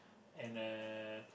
and uh